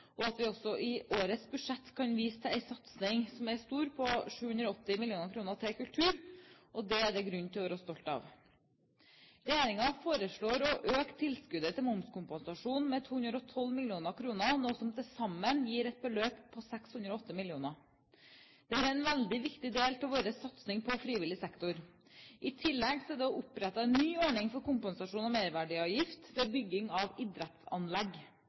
og at vi også i årets budsjett kan vise til en satsing på 780 mill. kr til kultur. Det er det grunn til å være stolt av. Regjeringen foreslår å øke tilskuddet til momskompensasjon med 212 mill. kr, noe som til sammen gir et beløp på 608 mill. kr. Dette er en veldig viktig del av vår satsing på frivillig sektor. I tillegg er det opprettet en ny ordning for kompensasjon av merverdiavgift ved bygging av idrettsanlegg.